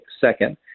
Second